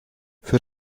für